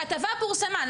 הכתבה פורסמה,